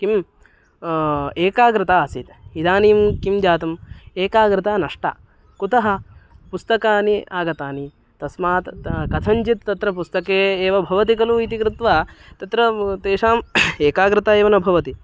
किम् एकाग्रता आसीत् इदानीं किं जातम् एकाग्रता नष्टा कुतः पुस्तकानि आगतानि तस्मात् ता कथञ्चित् तत्र पुस्तके एव भवति खलु इति कृत्वा तत्र तेषाम् एकाग्रता एव न भवति